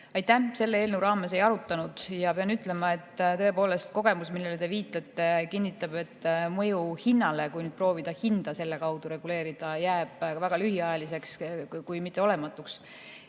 Aitäh! Selle eelnõu raames ei arutanud. Pean aga ütlema, et tõepoolest kogemus, millele te viitasite, kinnitab, et mõju hinnale, kui proovida hinda selle kaudu reguleerida, jääb väga lühiajaliseks, kui mitte olematuks.